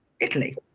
Italy